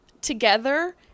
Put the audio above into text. together